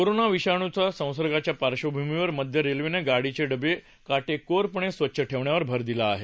corona विषाणू संसर्गाच्या पार्श्वभूमीवर मध्य रेल्वेनं गाडीचे डबे काटेकोरपणे स्वच्छ ठेवण्यावर भर दिला आहे